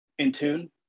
Intune